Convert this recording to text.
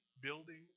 building